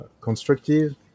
constructive